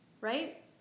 right